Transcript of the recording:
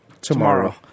tomorrow